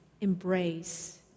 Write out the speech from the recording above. embrace